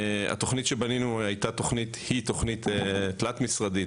התוכנית שבנינו היא תוכנית תלת משרדית.